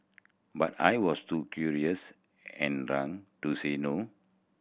but I was too curious and drunk to say no